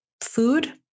food